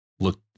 Look